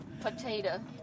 Potato